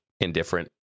indifferent